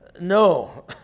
No